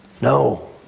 no